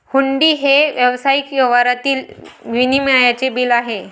हुंडी हे व्यावसायिक व्यवहारातील विनिमयाचे बिल आहे